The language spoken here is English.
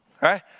Right